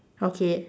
okay